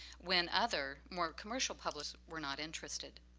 when other more commercial publishers were not interested.